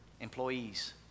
employees